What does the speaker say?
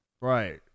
Right